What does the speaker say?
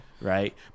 right